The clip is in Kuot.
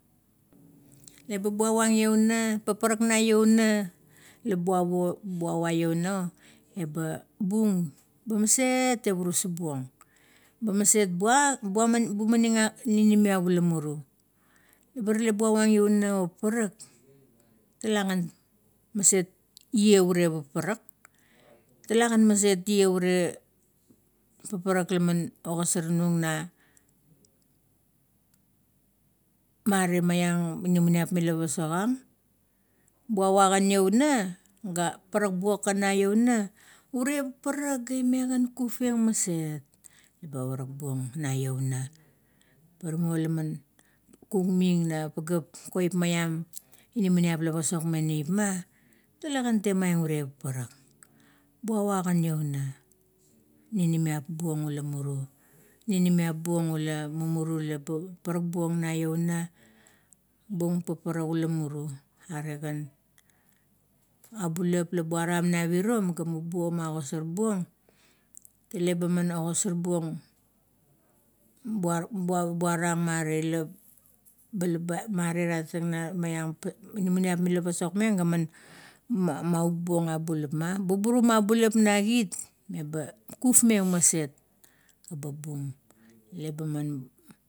Eba buavang louna, paparak na louna la bavo, buava louna o, eba bung ba maset tevurus buong. Ba bumaning ninimiap ula mumuru leba rale buavang louna o paparak talagen maset iea ure paparak. Talagen maset kiea are paparak na mmare ma iang ila pasook ang. Biava gen iouna ga parak buong na loung; "ure paparak la ime gan kufen maset", ba parak buong na louna. Pa timo la man kukming na pagap kop maiam mala pasok meng neipma, talagen temaieng ure paparak buava gan louna. Ninimiap bung ula murie, ninimiap bung ula mmumuru la ba parak buong na louna. Bung paparak ula muru, are gan abulap la buaram na virom ga mubu magosor buong, tale magosor buong buarang mare la balabi mare ratang maning inamaneip mela pasok meng man maguk abulap. Buburum abulap na git meba kukufmeng maset, meba bum.